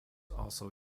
also